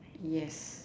yes